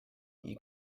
you